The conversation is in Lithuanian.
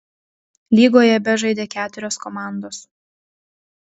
lygoje bežaidė keturios komandos